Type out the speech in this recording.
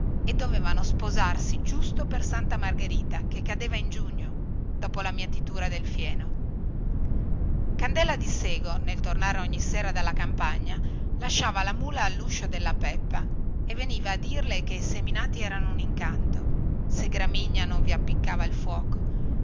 e dovevano sposarsi giusto per santa margherita che cadeva in giugno dopo la mietitura del fieno candela di sego nel tornare ogni sera dalla campagna lasciava la mula alluscio della peppa e veniva a dirle che i seminati erano un incanto se gramigna non vi appiccava il fuoco